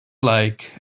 like